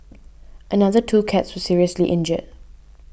another two cats seriously injured